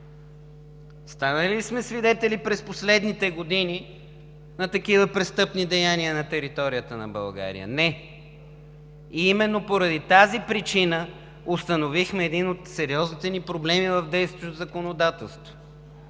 Станали ли сме свидетели през последните години на такива престъпни деяния на територията на България? Не! Именно поради тази причина установихме един от сериозните ни проблеми в действащото законодателство.